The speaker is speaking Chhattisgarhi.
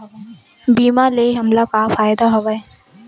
बीमा ले हमला का फ़ायदा हवय?